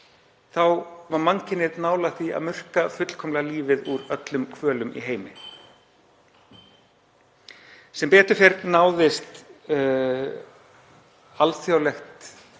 Þá var mannkynið nálægt því að murka fullkomlega lífið úr öllum hvölum í heimi. Sem betur fer náðist alþjóðlegt